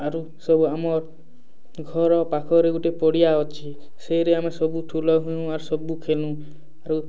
ଆରୁ ସବୁ ଆମର୍ ଘର ପାଖରେ ଗୁଟେ ପଡ଼ିଆ ଅଛେ ସେ ଏରିଆରେ ଆମେ ସବୁ ଠୁଲ ହେଉଁ ଆର୍ ସବୁ ଖେଲୁଁ ଆରୁ